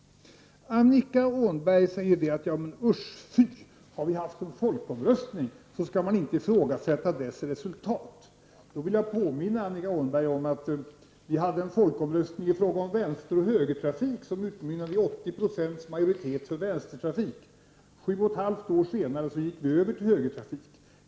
Annika Åhnberg sade usch och fy och att om vi har haft en folkomröstning skall vi inte ifrågasätta dess resultat. Då vill jag påminna Annika Åhnberg om att vi hade en folkomröstning i fråga om vänsteroch högertrafik och som utmynnade i resultatet att 80 % var för vänstertrafik. Sju och ett halvt år senare gick vi i Sverige över till högertrafik.